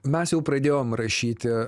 mes jau pradėjom rašyti